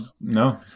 no